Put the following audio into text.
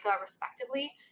respectively